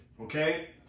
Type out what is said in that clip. okay